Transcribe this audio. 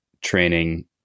training